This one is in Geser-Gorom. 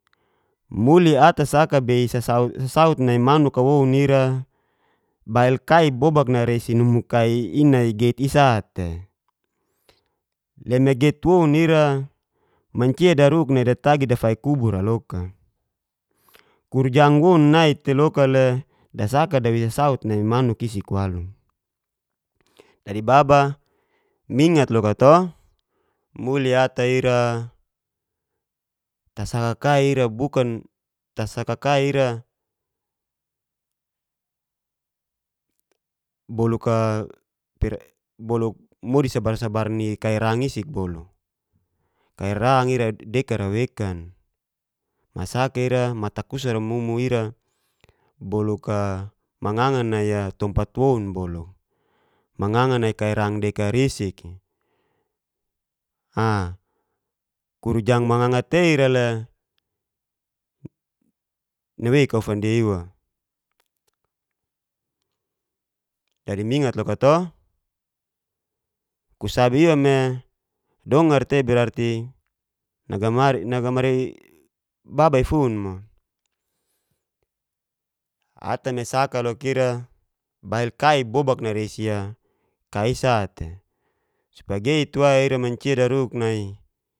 Mulia ata bei sasaut'a nai manuk'a woun ira baik kai bobak naresi numu kai inai gait isate, le ma gait woun ira mancia daruk datagi dafaik kubura loka kurjang woun niteloka le dasaka dawei sasaut manuk isik walu, dadi baba mingat lok to muli'ata ira boluk'a modi sabarang-sabarang kai rang isik bolu, kairang ira dekar'a wekan masaka ira matakusar'a mumu ira boluk'a manganga nai tompat woun boluk manganga nai kai rang dekar isik kurjang manganga teira le nawei kau fandiwa'ia, dadi mingat lok to kusabi'ia iwa me donagar tei berarti nagamari baba'i fun mo, ata loka ira mail kai bobok naresi'a kai'i sa'te supai gei wa ira mancia daruk nai.